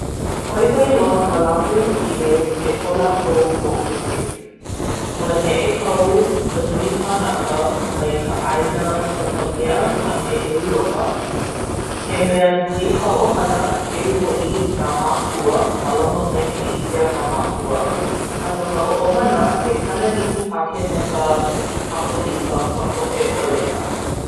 Hoihoi ka lāhui Kile a me ko lākou moʻomeheu. Ua neʻekau ka nui kānaka mai ka ʻāina Sepania a me ʻEulopa. He mea nui ka ʻohana, keu hoʻi nā mākua, mālama maikaʻi ʻia nā mākua. A no ka hoʻomana, he kanahiku pākēneka Kakolika ka poʻe o laila.